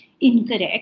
incorrect